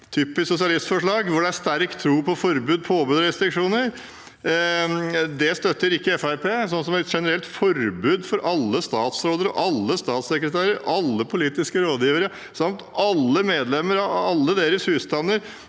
typisk sosialistforslag – hvor det er sterk tro på forbud, påbud og restriksjoner. Det støtter ikke Fremskrittspartiet. Et generelt forbud for alle statsråder, alle statssekretærer, alle politiske rådgivere samt medlemmer av deres husstander